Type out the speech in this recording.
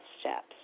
steps